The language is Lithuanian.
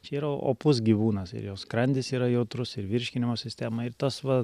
čia yra opus gyvūnas ir jo skrandis yra jautrus ir virškinimo sistema ir tas va